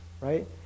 Right